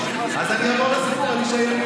אז תמשיך להסביר להם.